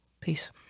peace